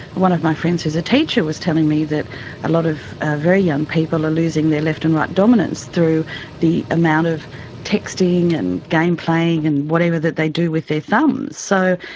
one of my friends who's a teacher was telling me that a lot of very young people are losing their left and right dominance through the amount of texting and game playing and whatever that they do with their thumbs. so,